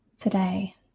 today